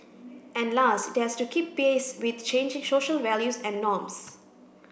and last it has to keep pace with changing social values and norms